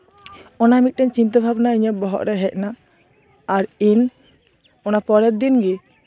ᱚᱱᱟ ᱢᱤᱫᱴᱮᱱ ᱪᱤᱱᱛᱟᱹ ᱵᱷᱟᱵᱽᱱᱟ ᱤᱧᱟᱹᱜ ᱵᱚᱦᱚᱜ ᱨᱮ ᱦᱮᱡ ᱮᱱᱟ ᱟᱨ ᱤᱧ ᱚᱱᱟ ᱯᱚᱨᱮᱨ ᱫᱤᱱ ᱜᱮ